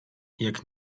jak